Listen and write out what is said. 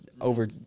over